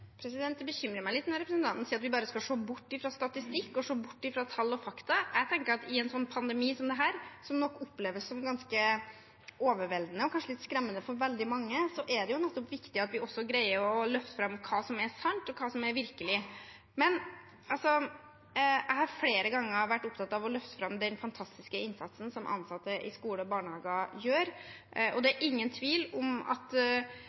Det bekymrer meg litt når representanten sier at vi bare skal se bort fra statistikk og se bort fra tall og fakta. Jeg tenker at i en slik pandemi som dette, som nok oppleves som ganske overveldende og kanskje litt skremmende for veldig mange, er det nettopp viktig at vi greier å løfte fram hva som er sant, og hva som er virkelig. Jeg har flere ganger vært opptatt av å løfte fram den fantastiske innsatsen som ansatte i skoler og barnehager gjør, og det er ingen tvil om at det er mange som går på jobb hver eneste dag, som opplever at